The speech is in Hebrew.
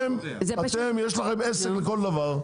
אתם יש לכם עסק לכל דבר,